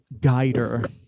guider